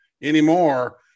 anymore